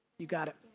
you got it.